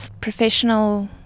professional